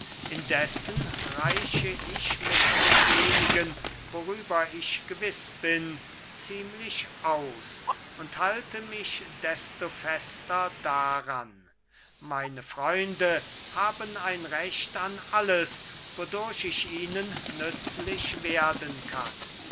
indessen reiche ich mit dem wenigen worüber ich gewiß bin ziemlich aus und halte mich desto fester daran meine freunde haben ein recht an alles wodurch ich ihnen nützlich werden kann